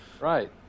right